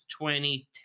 2010